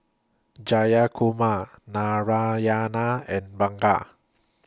Jayakumar Narayana and Ranga